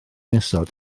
isod